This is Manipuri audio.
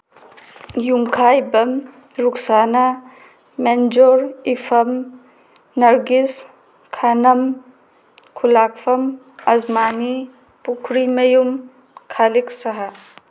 ꯌꯨꯝꯈꯥꯏꯕꯝ ꯔꯨꯛꯁꯥꯅꯥ ꯃꯦꯟꯖꯣꯔ ꯏꯐꯝ ꯅꯔꯒꯤꯁ ꯈꯥꯅꯝ ꯈꯨꯂꯥꯛꯐꯝ ꯑꯁꯃꯥꯅꯤ ꯄꯨꯈ꯭ꯔꯤꯃꯌꯨꯝ ꯈꯥꯂꯤꯛ ꯁꯍꯥ